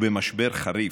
ובמשבר חריף,